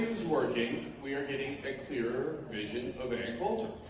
is working we are getting a clearer vision of ann coulter